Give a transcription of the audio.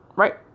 Right